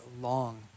long